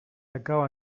acaba